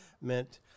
meant